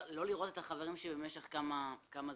לא לראות את החברים שלי במשך זמן מה?